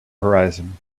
horizon